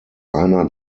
eine